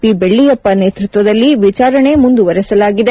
P Belliyappa ನೇತೃತ್ವದಲ್ಲಿ ವಿಚಾರಣೆ ಮುಂದುವರಿಸಲಾಗಿದೆ